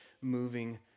moving